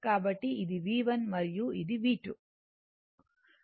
కాబట్టి ఇది V1 మరియు ఇది V2